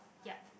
yup